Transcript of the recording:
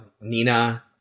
Nina